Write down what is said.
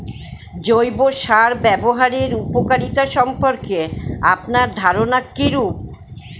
জৈব সার ব্যাবহারের উপকারিতা সম্পর্কে আপনার ধারনা কীরূপ?